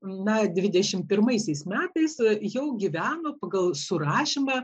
na dvidešimt pirmaisiais metais jau gyveno pagal surašymą